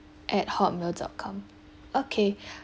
at hotmail dot com okay